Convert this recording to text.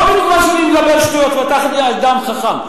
לא מכיוון שאני מדבר שטויות ואתה אדם חכם.